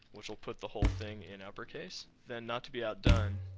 which will put the whole thing in uppercase, then not to be outdone,